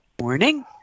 Morning